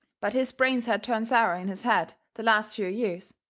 but his brains had turned sour in his head the last few years,